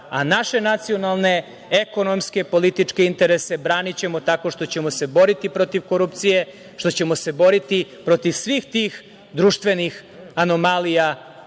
a naše nacionalne, ekonomske i političke interese branićemo tako što ćemo se boriti protiv korupcije, što ćemo se boriti protiv svih tih društvenih anomalija